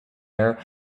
air